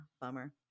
bummer